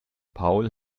paul